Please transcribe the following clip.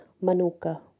manuka